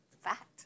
fact